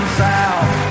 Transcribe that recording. south